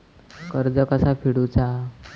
कर्ज कसा फेडुचा?